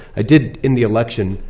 i did, in the election,